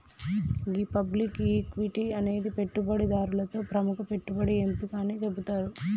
గీ public equity అనేది పెట్టుబడిదారులతో ప్రముఖ పెట్టుబడి ఎంపిక అని సెబుతారు